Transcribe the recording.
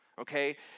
Okay